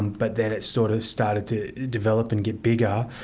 but then it sort of started to develop and get bigger,